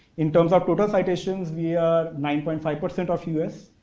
in terms of total citations, we are nine point five percent of us.